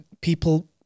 people